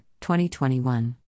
2021